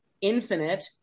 infinite